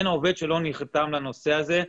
אין עובד שלא נרתם לנושא הזה.